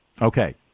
Okay